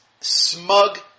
smug